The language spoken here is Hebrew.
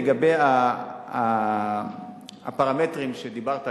לגבי הפרמטרים שדיברת עליהם,